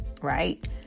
right